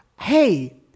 hey